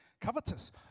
covetous